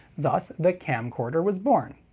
thus, the camcorder was born.